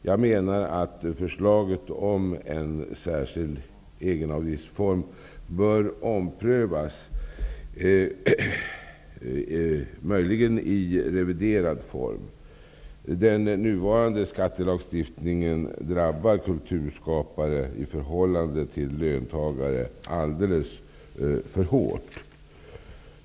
Jag menar att förslaget om en särskild egenavgiftsform bör omprövas, möjligen i reviderad form. Den nuvarande skattelagstiftningen drabbar kulturskapare, i förhållande till löntagare, alldeles för hårt.